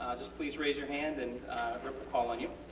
just please raise your hand and rip will call on you.